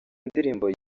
ndirimbo